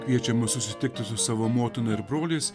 kviečia mus susitikti su savo motina ir broliais